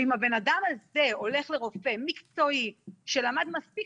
ואם הבן-אדם הזה הולך לרופא מקצועי שלמד מספיק